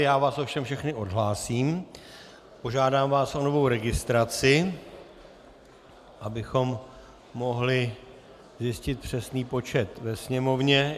Já vás ovšem všechny odhlásím a požádám vás o novou registraci, abychom mohli zjistit přesný počet ve Sněmovně.